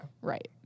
Right